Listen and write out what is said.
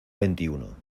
veintiuno